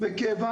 אם אנחנו